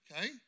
Okay